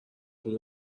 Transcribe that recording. بود